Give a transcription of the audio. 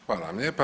Hvala vam lijepa.